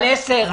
על 10,